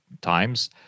times